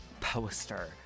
poster